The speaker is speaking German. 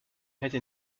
hätte